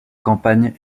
campagnes